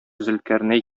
зөлкарнәй